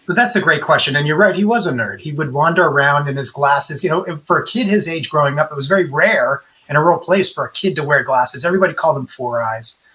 but that's a great question. and you're right, he was a nerd. he would wander around in his glasses. you know, for a kid his age growing up, it was very rare in a rural place for a kid to wear glasses. everybody called him four eyes.